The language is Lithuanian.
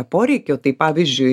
poreikių tai pavyzdžiui